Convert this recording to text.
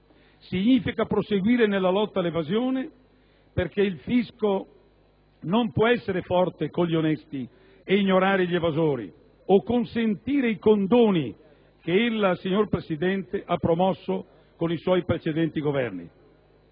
Significa proseguire nella lotta all'evasione, perché il fisco non può essere forte con gli onesti e ignorare gli evasori o consentire i condoni che ella, signor Presidente, ha promosso con i suoi precedenti Governi.